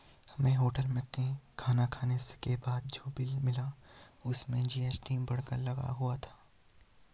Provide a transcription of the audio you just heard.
हमें होटल में खाना खाने के बाद जो बिल मिला उसमें जी.एस.टी बढ़ाकर लगाया हुआ था